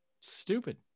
Stupid